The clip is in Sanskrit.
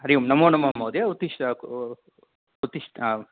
हरि ओं नमो नमः महोदय उत्तिष्ठ उत्तिष्ठ